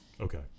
Okay